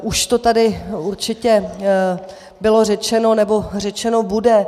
Už to tady určitě bylo řečeno, nebo řečeno bude.